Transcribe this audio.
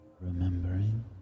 remembering